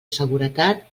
seguretat